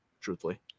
truthfully